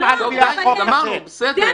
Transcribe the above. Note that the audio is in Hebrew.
גמרנו, בסדר.